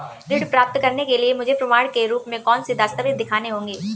ऋण प्राप्त करने के लिए मुझे प्रमाण के रूप में कौन से दस्तावेज़ दिखाने होंगे?